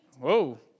whoa